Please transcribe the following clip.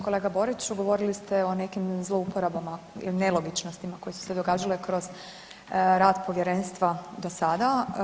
Kolega Boriću govorili ste o nekim zlouporabama i nelogičnostima koje su se događale kroz rad povjerenstva do sada.